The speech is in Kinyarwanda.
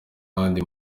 ahandi